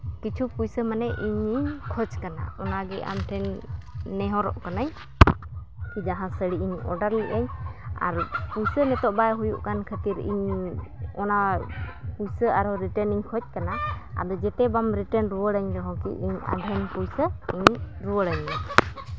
ᱠᱤᱪᱷᱩ ᱯᱩᱭᱥᱟᱹ ᱢᱟᱱᱮ ᱤᱧᱤᱧ ᱠᱷᱚᱡᱽ ᱠᱟᱱᱟ ᱚᱱᱟᱜᱮ ᱟᱢ ᱴᱷᱮᱱ ᱱᱮᱦᱚᱨᱚᱜ ᱠᱟᱹᱱᱟᱹᱧ ᱡᱟᱦᱟᱸ ᱥᱟᱹᱲᱤ ᱤᱧ ᱚᱰᱟᱨ ᱞᱮᱜᱼᱟᱹᱧ ᱟᱨ ᱯᱩᱭᱥᱟᱹ ᱱᱤᱛᱳᱜ ᱵᱟᱭ ᱦᱩᱭᱩᱜ ᱠᱟᱱ ᱠᱷᱟᱹᱛᱤᱨ ᱤᱧ ᱚᱱᱟ ᱯᱩᱭᱥᱟᱹ ᱟᱨᱚ ᱨᱤᱴᱟᱨᱱ ᱤᱧ ᱠᱷᱚᱡᱽ ᱠᱟᱱᱟ ᱟᱫᱚ ᱡᱮᱛᱮ ᱵᱟᱝ ᱨᱤᱴᱟᱨᱱ ᱨᱩᱣᱟᱹᱲ ᱟᱹᱧ ᱨᱮᱦᱚᱸ ᱠᱤ ᱤᱧ ᱟᱨᱦᱚᱸ ᱯᱩᱭᱥᱟᱹ ᱤᱧ ᱨᱩᱣᱟᱹᱲᱤᱧ ᱢᱮ